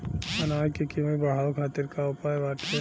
अनाज क कीमत बढ़ावे खातिर का उपाय बाटे?